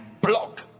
block